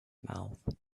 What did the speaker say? mouth